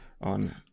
on